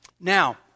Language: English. Now